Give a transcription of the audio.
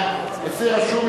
לפי הרשום,